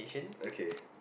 okay